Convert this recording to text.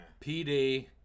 PD